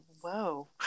whoa